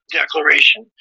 declaration